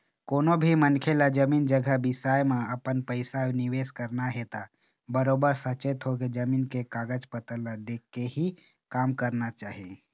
कोनो भी मनखे ल जमीन जघा बिसाए म अपन पइसा निवेस करना हे त बरोबर सचेत होके, जमीन के कागज पतर ल देखके ही काम करना चाही